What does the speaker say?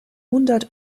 hundert